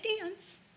dance